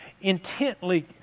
intently